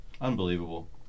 Unbelievable